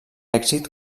èxit